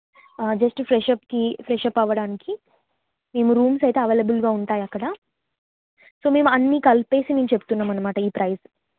just ఫ్రెషప్కి fresh up అవడానికి మేము రూమ్స్ అయితే అవైలబుల్గా ఉంటాయి అక్కడ సో మేము అన్నీ కలిపేసి మేము చెప్తున్నామనమాట ఈ ప్రైస్